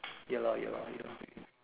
ya lor ya lor ya lor